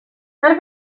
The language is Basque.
zer